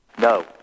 No